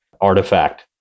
artifact